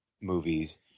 movies